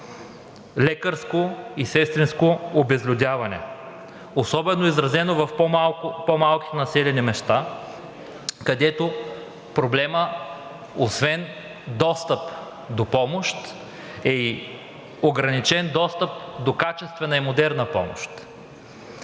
лекарско и сестринско обезлюдяване, особено изразено в по-малките населени места, където проблемът освен достъп до помощ е и ограничен достъп до качествена и модерна помощ.